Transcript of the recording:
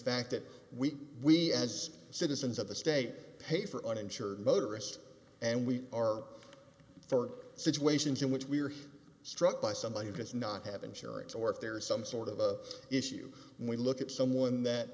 fact that we we as citizens of the state pay for uninsured motorist and we are for situations in which we are here struck by somebody who does not have insurance or if there is some sort of a issue when we look at someone that